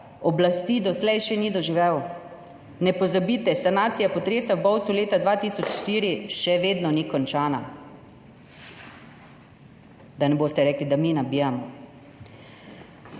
oblasti doslej še ni doživel. Ne pozabite, sanacija potresa v Bovcu leta 2004 še vedno ni končana, da ne boste rekli, da mi nabijamo.